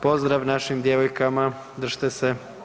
Pozdrav našim djevojkama, držite se!